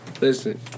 listen